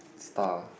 star